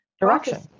direction